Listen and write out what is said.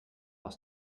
aus